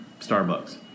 Starbucks